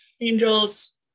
angels